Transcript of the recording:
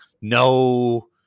No